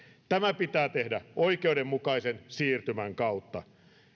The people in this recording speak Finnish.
tämä pitää tehdä oikeudenmukaisen siirtymän kautta